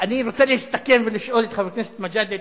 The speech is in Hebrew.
אני רוצה להסתכן ולשאול את חבר הכנסת מג'אדלה,